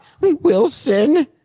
Wilson